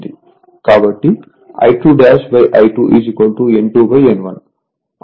కాబట్టి I2 I2 N2 N1 అంతకుముందు మనం చూశాము